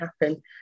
happen